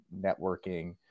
networking